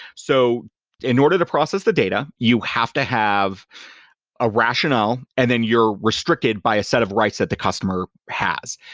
so in order to process the data, you have to have a rationale and then you're restricted by a set of rights that the customer has.